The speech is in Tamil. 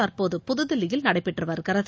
தற்போது புதுதில்லியில்நடைபெற்று வருகிறது